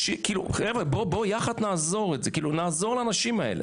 בואו יחד נעזור לאנשים האלה.